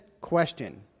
question